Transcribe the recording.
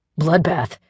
Bloodbath